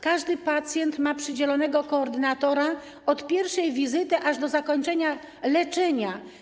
Każdy pacjent ma przydzielonego koordynatora od pierwszej wizyty aż do zakończenia leczenia.